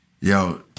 yo